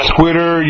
Twitter